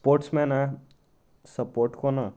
sportsmen support करना